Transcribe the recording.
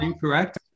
correct